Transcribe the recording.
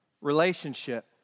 relationship